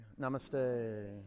namaste